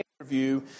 interview